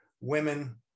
women